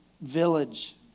village